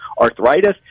arthritis